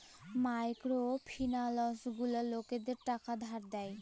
micro finance গুলা লকদের টাকা ধার দেয়